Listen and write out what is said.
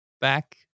back